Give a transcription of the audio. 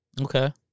Okay